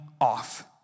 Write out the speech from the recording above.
off